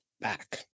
back